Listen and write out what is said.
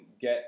get